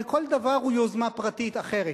וכל דבר הוא יוזמה פרטית אחרת.